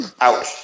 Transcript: Ouch